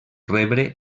rebre